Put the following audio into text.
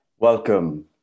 Welcome